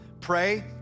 pray